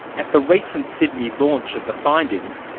at the recent sydney launch of the findings,